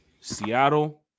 Seattle